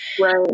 Right